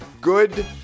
good